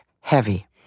heavy